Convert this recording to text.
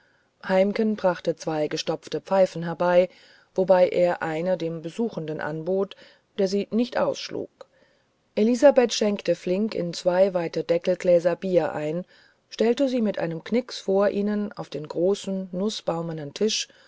heimken brachte zwei gestopfte pfeifen herbei wovon er eine dem besuchenden anbot der sie nicht ausschlug elisabeth schenkte flink in zwei weite deckelgläser bier ein stellte sie mit einem knix vor ihnen auf den großen nußbaumenen tisch